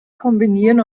kombinieren